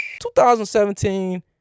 2017